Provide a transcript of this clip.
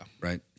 Right